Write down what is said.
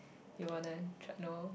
you want to try know